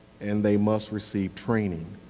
and they must receive training.